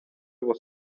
was